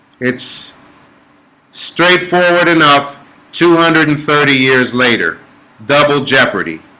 it's straightforward enough two hundred and thirty years later double jeopardy